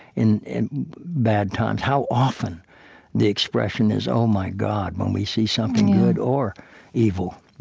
in bad times. how often the expression is oh, my god, when we see something good or evil.